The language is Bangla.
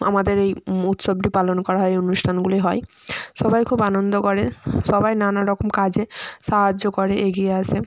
আমাদের এই উৎসবটি পালন করা হয় এই অনুষ্ঠানগুলি হয় সবাই খুব আনন্দ করে সবাই নানা রকম কাজে সাহায্য করে এগিয়ে আসে